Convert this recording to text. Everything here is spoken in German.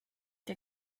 der